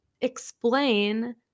explain